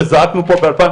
וזעקנו פה ב-2018,